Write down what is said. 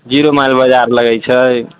zero mile बजार लगैत छै